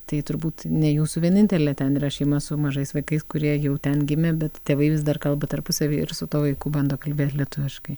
tai turbūt ne jūsų vienintelė ten yra šeima su mažais vaikais kurie jau ten gimė bet tėvai vis dar kalba tarpusavy ir su tuo vaiku bando kalbėti lietuviškai